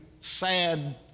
sad